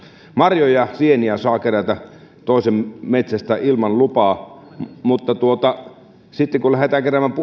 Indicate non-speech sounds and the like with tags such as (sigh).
marjoja ja sieniä saa kerätä toisen metsästä ilman lupaa mutta sitten kun lähdetään keräämään (unintelligible)